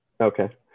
Okay